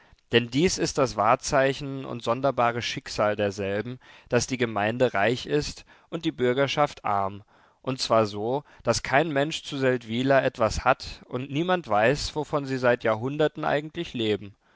denn dies ist das wahrzeichen und sonderbare schicksal derselben daß die gemeinde reich ist und die bürgerschaft arm und zwar so daß kein mensch zu seldwyla etwas hat und niemand weiß wovon sie seit jahrhunderten eigentlich leben